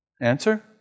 Answer